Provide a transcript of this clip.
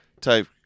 type